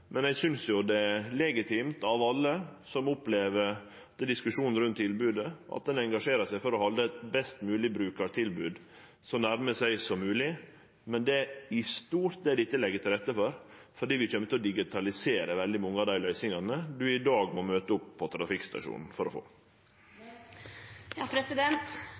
men eg synest det er legitimt at alle som opplever diskusjon rundt tilbodet, engasjerer seg for å halde eit best mogleg brukartilbod så nær seg som mogleg. Og det er i stort det dette legg til rette for, for vi kjem til å digitalisere veldig mange av dei løysingane ein i dag må møte opp på trafikkstasjonen for å